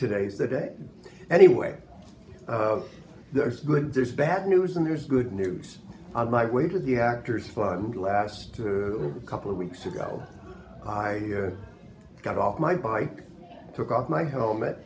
today's the day anyway there's good there's bad news and there's good news on my way to the actors fund last couple of weeks ago i got off my bike took off my helmet